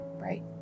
Right